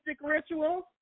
rituals